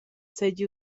seigi